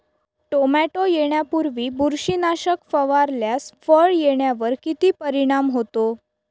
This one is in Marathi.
टोमॅटो येण्यापूर्वी बुरशीनाशक फवारल्यास फळ येण्यावर किती परिणाम होतो?